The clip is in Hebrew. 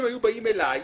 אם היו באים אליי,